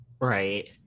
Right